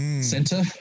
center